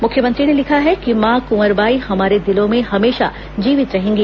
मुख्यमंत्री ने लिखा है कि मां कुंवर बाई हमारे दिलों में हमेशा जीवित रहेंगी